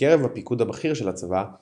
בקרב הפיקוד הבכיר של הצבא,